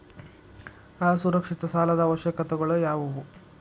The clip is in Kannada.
ಅಸುರಕ್ಷಿತ ಸಾಲದ ಅವಶ್ಯಕತೆಗಳ ಯಾವು